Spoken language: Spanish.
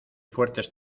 fuertes